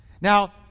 Now